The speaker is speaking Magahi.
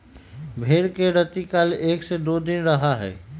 भेंड़ में रतिकाल एक से दो दिन रहा हई